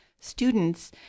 students